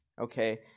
okay